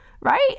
right